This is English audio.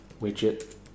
widget